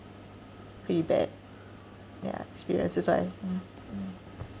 very bad ya experience that's why mm mm